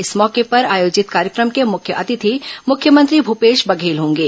इस मौके पर आयोजित कार्यक्रम के मुख्य अतिथि मुख्यमंत्री भूपेश बघेल होंगे